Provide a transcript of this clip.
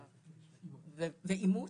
ועימות,